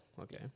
okay